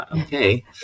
Okay